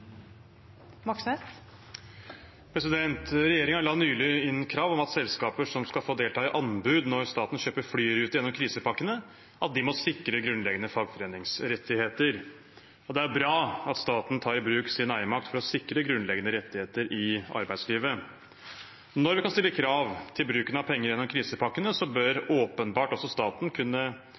la nylig inn krav om at selskaper som skal få delta i anbud når staten kjøper flyruter gjennom krisepakkene, må sikre grunnleggende fagforeningsrettigheter. Det er bra at staten tar i bruk sin eiermakt for å sikre grunnleggende rettigheter i arbeidslivet. Når vi kan stille krav til bruken av penger gjennom krisepakkene, bør staten åpenbart også kunne stille krav når man bestiller reiser til ansatte i staten